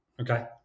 Okay